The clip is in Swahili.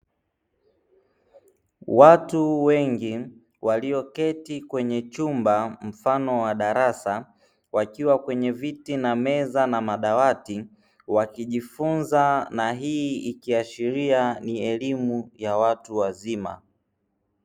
Watu wengi walioketi kwenye chumba mfano wa darasa wakiwa kwenye viti na meza na madawati, wakijifunza na hii ikiashiria ni elimu ya watu wazima.